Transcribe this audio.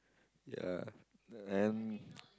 ya and